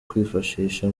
kwifashisha